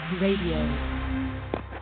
radio